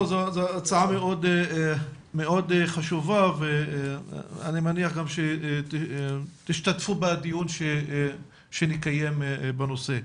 זו הצעה מאוד חשובה ואני מניח גם שתשתתפו בדיון שנקיים בנושא.